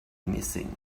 missing